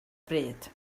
bryd